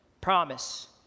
promise